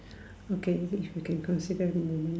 okay we can consider in the moment